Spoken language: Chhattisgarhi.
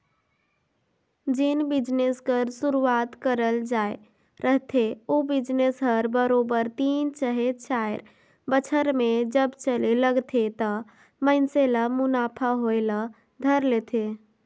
जेन बिजनेस कर सुरूवात करल जाए रहथे ओ बिजनेस हर बरोबेर तीन चहे चाएर बछर में जब चले लगथे त मइनसे ल मुनाफा होए ल धर लेथे